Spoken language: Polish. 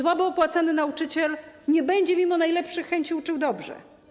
Słabo opłacany nauczyciel nie będzie mimo najlepszych chęci uczył dobrze.